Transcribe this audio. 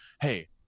Hey